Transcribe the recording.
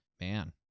Man